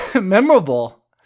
memorable